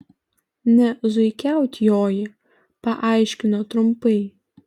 ne zuikiaut joji paaiškino trumpai